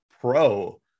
pro